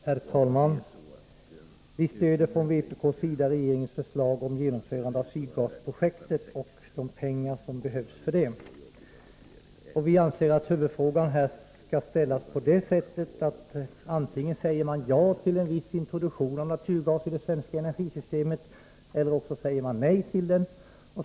Herr talman! Vpk stöder regeringens förslag om Sydgasprojektet och de medel som behövs för det. Vi anser att huvudfrågan skall gälla antingen att säga ja till en viss introduktion av naturgas i det svenska energisystemet eller att säga nej.